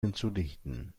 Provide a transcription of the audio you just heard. hinzudichten